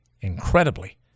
Incredibly